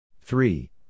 Three